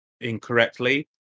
incorrectly